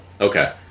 Okay